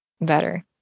better